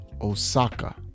Osaka